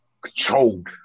controlled